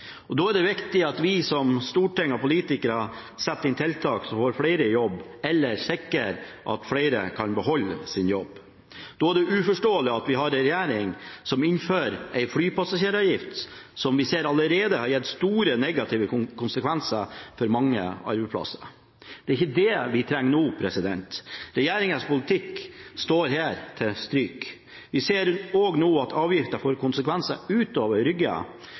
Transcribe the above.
Da er det viktig at vi som politikere, og Stortinget, setter inn tiltak som får flere i jobb, eller sikrer at flere kan beholde sin jobb. Da er det uforståelig at vi har en regjering som innfører en flypassasjeravgift som vi ser allerede har gitt store negative konsekvenser for mange arbeidsplasser. Det er ikke det vi trenger nå. Regjeringens politikk står her til stryk. Vi ser også nå at avgiften får konsekvenser